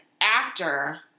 actor